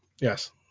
Yes